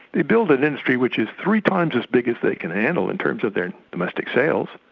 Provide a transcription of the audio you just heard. they build an industry which is three times as big as they can handle in terms of their domestic sales,